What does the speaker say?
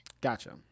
Gotcha